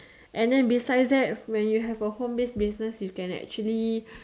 and then besides that when you have a home base business you can actually